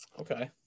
okay